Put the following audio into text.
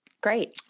Great